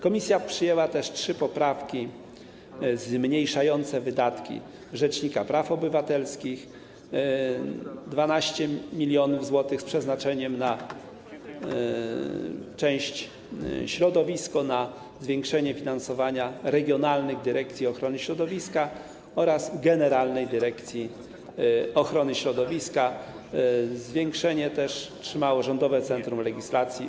Komisja przyjęła też trzy poprawki zmniejszające wydatki rzecznika praw obywatelskich o 12 mln zł, z przeznaczeniem na część: Środowisko, na zwiększenie finansowania regionalnych dyrekcji ochrony środowiska oraz Generalnej Dyrekcji Ochrony Środowiska, zwiększenie o 500 tys. zł otrzymało też Rządowe Centrum Legislacji.